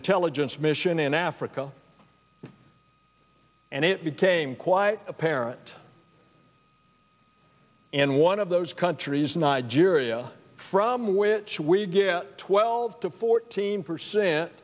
intelligence mission in africa and it became quite apparent and one of those countries nigeria from which we get twelve to fourteen percent